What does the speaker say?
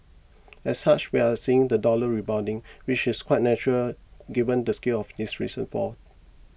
as such we are seeing the dollar rebounding which is quite natural given the scale of its recent fall